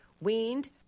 weaned